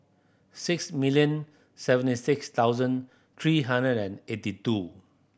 six million seventy six thousand three hundred and eighty two